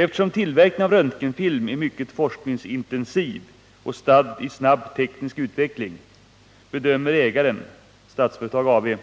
Eftersom tillverkningen av röntgenfilm är mycket forskningsintensiv och stadd i snabb teknisk utveckling bedömer ägaren, Statsföretag AB,